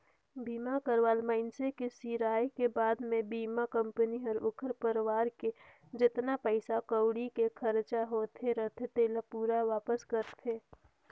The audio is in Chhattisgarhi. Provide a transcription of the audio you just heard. बीमा करवाल मइनसे के सिराय के बाद मे बीमा कंपनी हर ओखर परवार के जेतना पइसा कउड़ी के खरचा होये रथे तेला पूरा वापस करथे